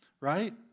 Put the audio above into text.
Right